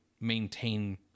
maintain